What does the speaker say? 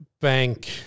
Bank